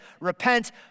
Repent